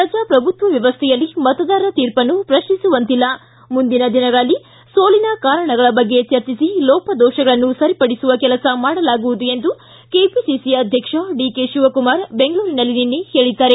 ಪ್ರಜಾಪ್ರಭುತ್ವ ವ್ಯವಸ್ಥೆಯಲ್ಲಿ ಮತದಾರರ ತೀರ್ಪನ್ನು ಪ್ರಶ್ನಿಸುವಂತಿಲ್ಲ ಮುಂದಿನ ದಿನಗಳಲ್ಲಿ ಸೋಲಿನ ಕಾರಣಗಳ ಬಗ್ಗೆ ಚರ್ಚಿಸಿ ಲೋಪ ದೋಷಗಳನ್ನು ಸರಿಪಡಿಸುವ ಕೆಲಸ ಮಾಡಲಾಗುವುದು ಎಂದು ಕೆಪಿಸಿಸಿ ಅಧ್ಯಕ್ಷ ಡಿಕೆ ಶಿವಕುಮಾರ್ ಬೆಂಗಳೂರಿನಲ್ಲಿ ನಿನ್ನೆ ಹೇಳಿದ್ದಾರೆ